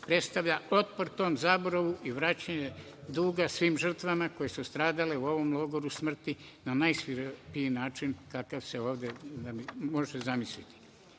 predstavlja otpor tom zaboravu i vraćanje duga svim žrtvama koje su stradale u ovom logoru smrti na najsvirepiji način, kakav se ovde može zamisliti. Mi